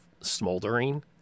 smoldering